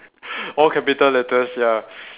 all capital letters ya